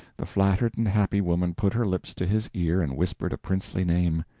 the flattered and happy woman put her lips to his ear and whispered a princely name.